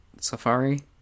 Safari